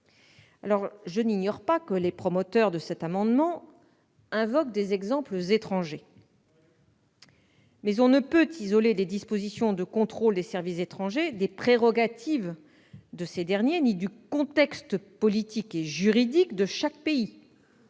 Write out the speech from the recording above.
Je ne l'ignore pas, les promoteurs de cet amendement invoquent des exemples étrangers. Oui ! Mais on ne peut isoler des dispositions de contrôle des services étrangers des prérogatives de ces derniers ni du contexte politique et juridique de chaque pays.